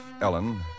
Ellen